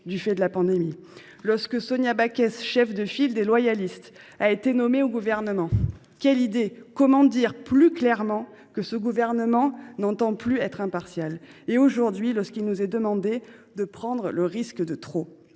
du fait de l’épidémie. Ensuite, lorsque Sonia Backès, cheffe de file des loyalistes, a été nommée secrétaire d’État. Quelle idée ! Comment dire plus clairement que ce gouvernement n’entend plus être impartial ? Aujourd’hui, enfin, lorsqu’il nous est demandé de prendre le risque de trop